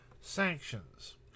sanctions